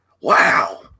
wow